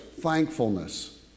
Thankfulness